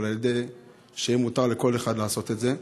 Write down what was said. אבל שיהיה מותר לכל אחד לעשות את זה,